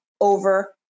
over